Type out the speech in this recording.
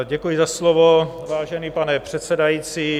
Děkuji za slovo, vážený pane předsedající.